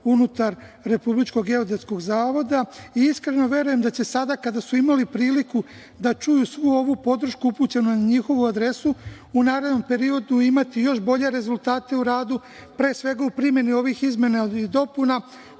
unutar RGZ.Iskreno verujem da će sada kada su imali priliku da čuju svu ovu podršku upućenu na njihovu adresu u narednom periodu imati još bolje rezultate u radu, pre svega u primeni ovih izmena i dopuna,